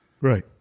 Right